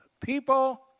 people